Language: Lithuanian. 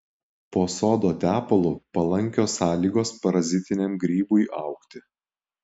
po sodo tepalu palankios sąlygos parazitiniam grybui augti